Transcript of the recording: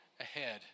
ahead